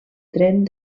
tren